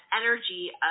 energy